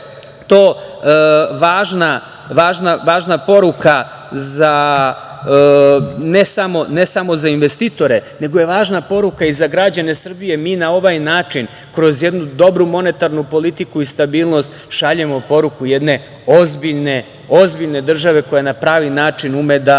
je to važna poruka za ne samo investitore nego i za građane Srbije. Mi na ovaj način kroz jednu dobru monetarnu politiku i stabilnost šaljemo poruku jedne ozbiljne države koja na pravi način ume da